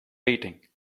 waiting